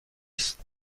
است